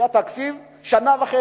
זה היה תקציב שנה וחצי.